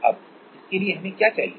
अब इसके लिए हमें क्या चाहिए